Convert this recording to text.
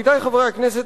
עמיתי חברי הכנסת,